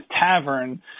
tavern